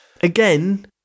Again